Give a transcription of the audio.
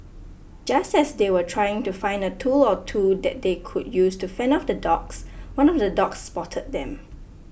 just as they were trying to find a tool or two that they could use to fend off the dogs one of the dogs spotted them